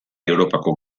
europako